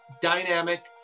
dynamic